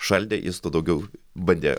šaldė jis daugiau bandė